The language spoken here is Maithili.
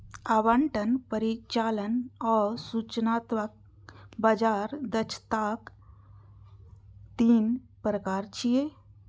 आवंटन, परिचालन आ सूचनात्मक बाजार दक्षताक तीन प्रकार छियै